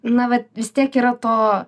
na vat vis tiek yra to